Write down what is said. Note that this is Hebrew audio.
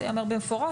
זה ייאמר במפורש.